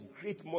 great